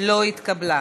לא התקבלה.